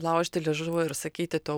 laužyti liežuvio ir sakyti to